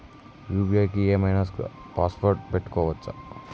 UPI కి ఏం ఐనా పాస్వర్డ్ పెట్టుకోవచ్చా?